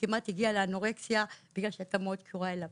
כמעט הגיעה לאנורקסיה כי הייתה מאוד קשורה אליו.